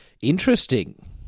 Interesting